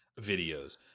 videos